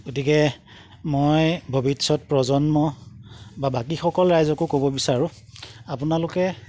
গতিকে মই ভৱিষ্যত প্ৰজন্ম বা বাকীসকল ৰাইজকো ক'ব বিচাৰো আপোনালোকে